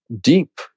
deep